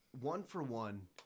one-for-one